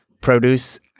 produce